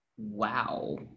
Wow